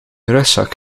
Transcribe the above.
rugzak